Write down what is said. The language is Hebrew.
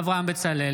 אברהם בצלאל,